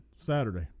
Saturday